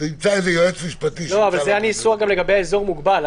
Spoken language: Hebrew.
זה הניסוח גם לגבי אזור מוגבל.